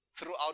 throughout